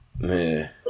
Man